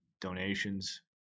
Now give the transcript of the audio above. donations